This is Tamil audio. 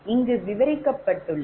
இங்கு விவரிக்கப்பட்டுள்ளது